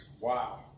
Wow